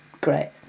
Great